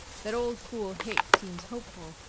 that old fool haight seems hopeful,